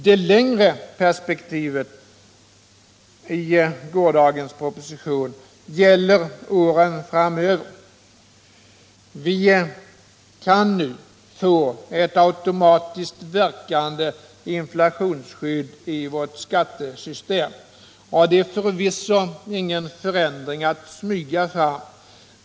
Det längre perspektivet i gårdagens proposition gäller åren framöver. Vi kan nu få ett automatiskt verkande inflationsskydd i vårt skattesystem, och det är förvisso ingen förändring att smyga fram.